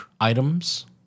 items